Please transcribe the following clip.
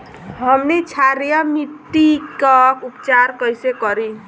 हमनी क्षारीय मिट्टी क उपचार कइसे करी?